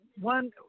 one